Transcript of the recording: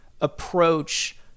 approach